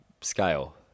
scale